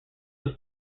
was